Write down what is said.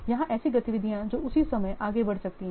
यहां ऐसी गतिविधियां जो उसी समय आगे बढ़ सकती हैं